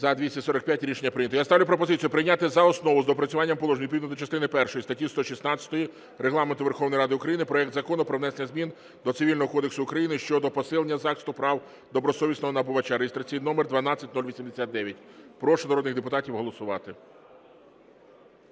За-245 Рішення прийнято. Я ставлю пропозицію прийняти за основу з доопрацюванням положень відповідно до частини першої статті 116 Регламенту Верховної Ради України проект Закону про внесення змін до Цивільного кодексу України щодо посилення захисту прав добросовісного набувача (реєстраційний номер 12089). Прошу народних депутатів голосувати.